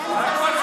לא, זה לא צעקות.